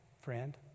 friend